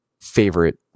favorite